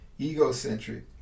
egocentric